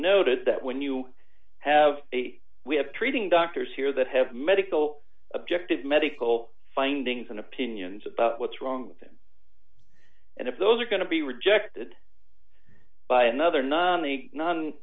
notice that when you have a we have treating doctors here that have medical objective medical findings and opinions about what's wrong with it and if those are going to be rejected but another non